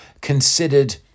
considered